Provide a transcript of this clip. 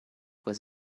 was